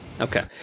okay